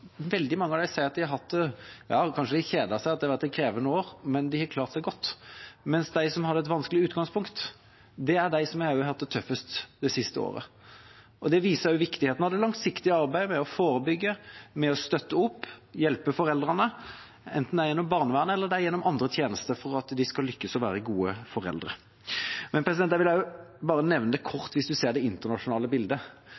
sier at ja, de har kanskje kjedet seg, det har vært et krevende år, men de har klart seg godt. De som hadde et vanskelig utgangspunkt, er de som også har hatt det tøffest det siste året. Det viser også viktigheten av det langsiktige arbeidet med å forebygge, støtte opp og hjelpe foreldrene, enten det er gjennom barnevernet eller det er gjennom andre tjenester, for at de skal lykkes og være gode foreldre. Jeg vil også kort nevne